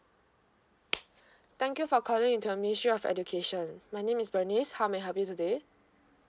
thank you for calling the ministry of education my name is bernice how may I help you today